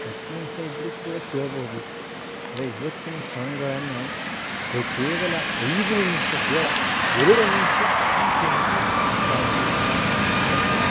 ಹತ್ತು ನಿಮಿಷ ಇದ್ದರೂ ಕೂಡ ಕೇಳ್ಬೋದಿತ್ತು ಆದರೆ ಇವತ್ತಿನ ಸಾಂಗ್ಗಳನ್ನು ಬ ಕೇವಲ ಐದು ನಿಮಿಷ ಬೇಡ ಎರಡು ನಿಮಿಷ ಕೇಳೋಕೆ ಸಾಧ್ಯ ಇಲ್ಲ ಯಾಕೆಂದ್ರೆ